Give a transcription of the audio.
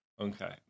okay